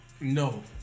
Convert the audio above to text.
No